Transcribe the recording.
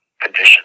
condition